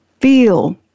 Feel